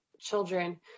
children